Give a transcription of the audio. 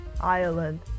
Ireland